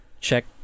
check